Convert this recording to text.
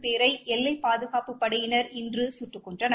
பேரை எல்லை பாதுகாப்புப் படையினர் இன்று சுட்டுக் கொன்றனர்